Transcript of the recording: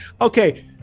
okay